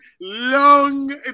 Long